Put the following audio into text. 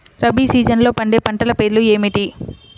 రబీ సీజన్లో పండే పంటల పేర్లు ఏమిటి?